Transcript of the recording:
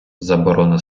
заборона